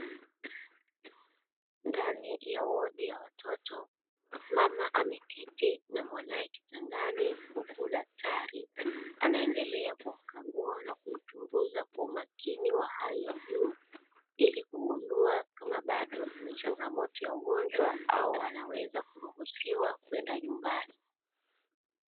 Ndani ya wodi ya watoto, mama ameketi na mwanae kitandani huku daktari anaendelea kukagua na kuchunguza kwa umakini wa hali ya juu, ili kugundua kama bado ana changamoto ya ugonywa au anaweza kuruhusiwa kwenda nyumbani.